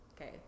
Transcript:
okay